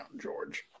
George